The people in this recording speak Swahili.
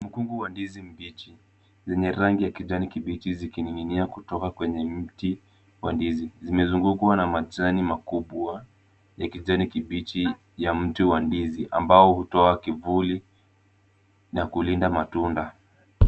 Mkungu wa ndizi mbichi zenye rangi ya kijani kibichi zikining'inia kutoka kwenye mti wa ndizi. Zimezungukwa na majani makubwa ya kijani kibichi ya mti wa ndizi ambao hutoa kivuli na kulinda matunda.